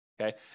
okay